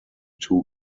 two